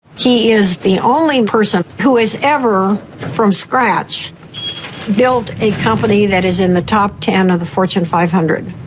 he is the only person who has ever from scratch built a company that is in the top ten of ah the fortune five hundred